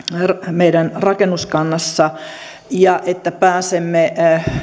meidän rakennuskannassa ja että pääsemme